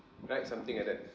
right something like that